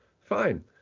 Fine